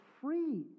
free